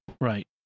right